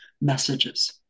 messages